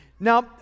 Now